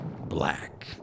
black